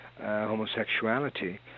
homosexuality